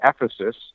Ephesus